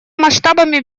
масштабами